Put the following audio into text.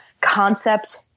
concept